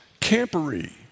campery